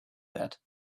that